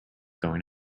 going